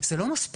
אז זה לא מספיק.